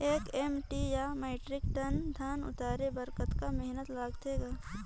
एक एम.टी या metric ton धन उतारे बर कतका मेहनती लगथे ग?